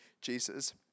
Jesus